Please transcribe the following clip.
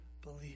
believe